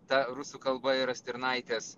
ta rusų kalba yra stirnaitės